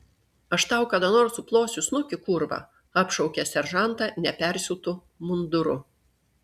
aš tau kada nors suplosiu snukį kurva apšaukė seržantą nepersiūtu munduru